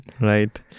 Right